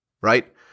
right